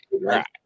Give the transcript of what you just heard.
right